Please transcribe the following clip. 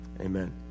Amen